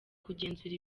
kugenzura